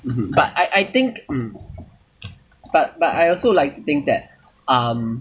mmhmm but I I think mm but but I also like to think that um